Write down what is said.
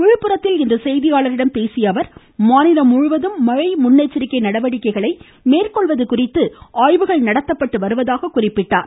விழுப்புரத்தில் இன்று செய்தியாளர்களிடம் பேசிய அவர் மாநிலம் முழுவதும் மழை முன்னெச்சரிக்கை நடவடிக்கைகள் மேற்கொள்வது குறித்து ஆய்வு நடத்தப்பட்டு வருவதாக குறிப்பிட்டார்